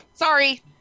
Sorry